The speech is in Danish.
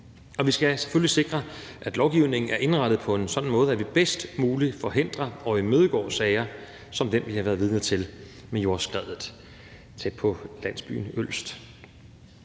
Vi skal selvfølgelig sikre, at lovgivningen er indrettet på en sådan måde, at vi bedst muligt forhindrer og imødegår sager som den, vi har været vidne til med jordskredet tæt på landsbyen Ølst.